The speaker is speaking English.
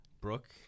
brooke